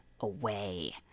away